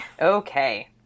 Okay